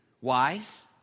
wise